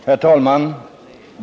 Herr talman!